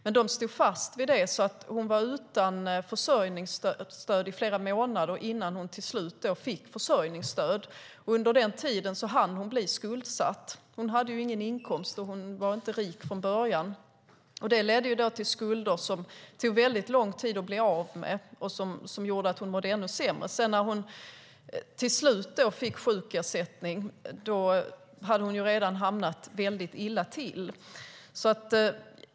Men socialtjänsten stod fast vid det, så kvinnan var utan försörjningsstöd i flera månader innan hon till slut fick det. Under tiden hann hon bli skuldsatt. Hon hade ingen inkomst, och hon var inte rik från början. Det ledde till skulder som det tog lång tid att bli av med och som gjorde att hon mådde ännu sämre. När hon till slut fick sjukersättning hade hon redan hamnat väldigt illa till.